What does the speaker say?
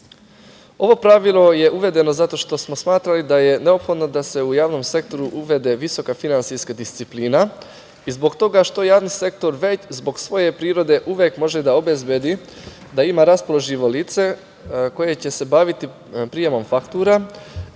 Ovo pravilo je uvedeno zato što smo smatrali da je neophodno da se u javnom sektoru uvede visoka finansijska disciplina i zbog toga što javni sektor već zbog svoje prirode uvek može da obezbedi da ima raspoloživo lice koje će se baviti prijemom faktura